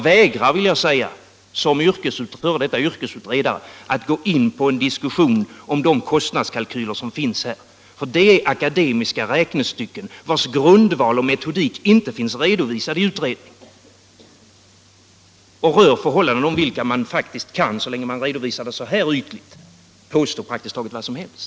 Såsom f. d. yrkesutredare vägrar jag att gå in i en diskussion om de kostnadskalyler som här finns. De är akademiska räknestycken, vilkas grundval och metodik inte finns redovisad i utredningen. De rör förhållanden om vilka man, så länge de redovisas så här ytligt, kan påstå praktiskt taget vad som helst.